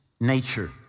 nature